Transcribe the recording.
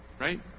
right